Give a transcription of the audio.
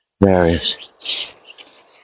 various